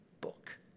book